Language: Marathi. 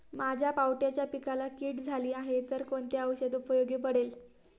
माझ्या पावट्याच्या पिकाला कीड झाली आहे तर कोणते औषध उपयोगी पडेल?